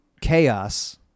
chaos